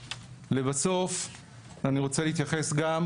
לבסוף אני רוצה להתייחס גם